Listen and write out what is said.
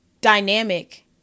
dynamic